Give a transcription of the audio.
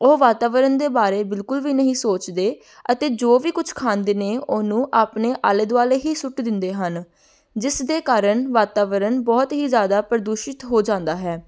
ਉਹ ਵਾਤਾਵਰਨ ਦੇ ਬਾਰੇ ਬਿਲਕੁਲ ਵੀ ਨਹੀਂ ਸੋਚਦੇ ਅਤੇ ਜੋ ਵੀ ਕੁਛ ਖਾਂਦੇ ਨੇ ਉਹਨੂੰ ਆਪਣੇ ਆਲੇ ਦੁਆਲੇ ਹੀ ਸੁੱਟ ਦਿੰਦੇ ਹਨ ਜਿਸ ਦੇ ਕਾਰਨ ਵਾਤਾਵਰਨ ਬਹੁਤ ਹੀ ਜ਼ਿਆਦਾ ਪ੍ਰਦੂਸ਼ਿਤ ਹੋ ਜਾਂਦਾ ਹੈ